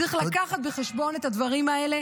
צריך לקחת בחשבון את הדברים האלה,